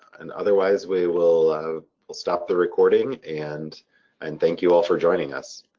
and otherwise, we will ah will stop the recording and and thank you all for joining us.